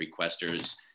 requesters